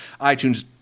iTunes